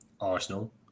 Arsenal